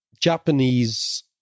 Japanese